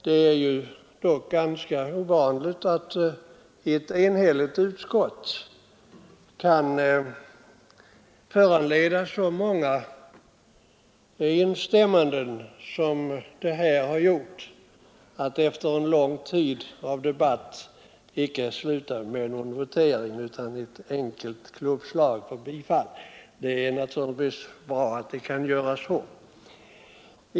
Det är ganska ovanligt att ett enhälligt utskott kan föranleda så många instämmanden som förekommit, att en lång debatt inte slutar med votering utan med ett enkelt klubbslag för bifall. Att så kan ske är naturligtvis bra.